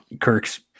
Kirk's